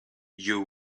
you